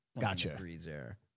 Gotcha